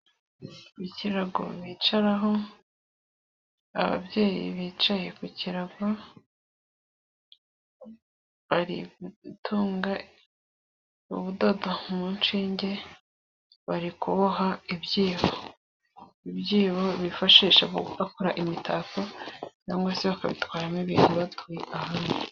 Ikigo bicaraho. Ababyeyi bicaye ku kirago bari gutunga ubudodo mu nshinge, bari kuboha ibyibo. Ibyibo bifashisha mu gukora imitako cyangwa se bakabitwaramo ibintu batuye ahandi.